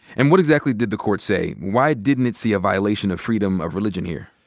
and what exactly did the court say? why didn't it see a violation of freedom of religion here?